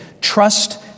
Trust